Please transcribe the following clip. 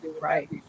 right